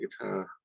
guitar